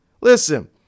listen